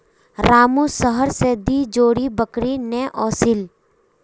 रामू शहर स दी जोड़ी बकरी ने ओसील